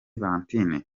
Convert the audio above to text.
valentin